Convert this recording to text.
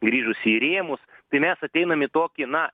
grįžusi į rėmus tai mes ateinam į tokį na